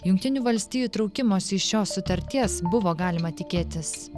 jungtinių valstijų traukimosi iš šios sutarties buvo galima tikėtis